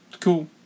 Cool